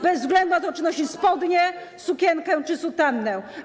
Bez względu na to, czy noszą spodnie, sukienkę czy sutannę.